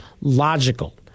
logical